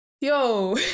yo